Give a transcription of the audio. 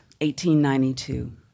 1892